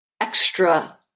extra